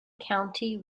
county